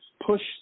push